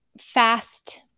fast